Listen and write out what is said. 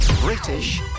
British